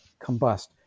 combust